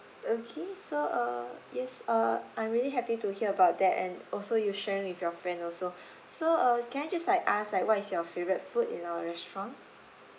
okay so uh yes uh I'm really happy to hear about that and also you're sharing with your friend also so uh can I just like ask like what is your favourite food in our restaurant